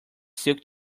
silk